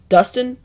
Dustin